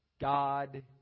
God